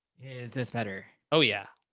is this better? oh yeah.